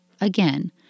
Again